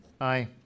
Aye